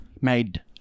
made